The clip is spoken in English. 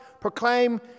proclaim